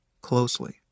closely